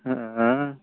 हँ